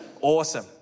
Awesome